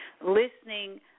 listening